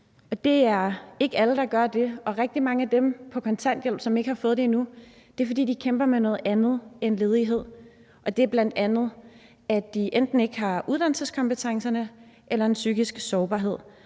Men det er ikke alle, der gør det, og hos rigtig mange af dem, som ikke har fået det endnu, og som er på kontanthjælp, er det, fordi de kæmper med noget andet end ledighed, og det er bl.a., at de enten ikke har uddannelseskompetencerne, eller at de har en psykisk sårbarhed.